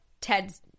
Ted's